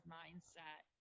mindset